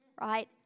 Right